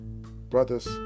brothers